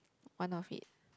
one of it